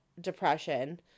depression